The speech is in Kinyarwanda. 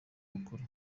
mukuru